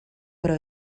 però